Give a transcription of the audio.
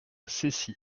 cessy